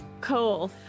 Cole